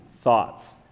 thoughts